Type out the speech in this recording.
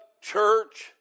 church